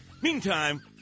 Meantime